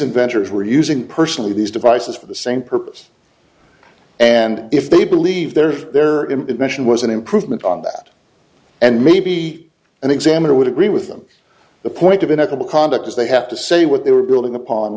inventors were using personally these devices for the same purpose and if they believe their their invention was an improvement on that and maybe an examiner would agree with them the point of an ethical conduct is they have to say what they were building upon